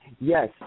Yes